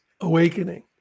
awakening